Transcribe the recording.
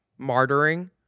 martyring